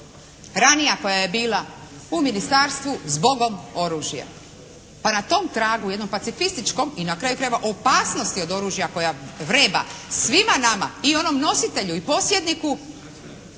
ranija koja je bila u ministarstvu “Zbogom oružje“. Pa na tom tragu jednom pacifističkom i na kraju krajeva opasnosti od oružja koja vreba svima nama i onom nositelju i posjedniku